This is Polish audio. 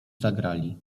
zagrali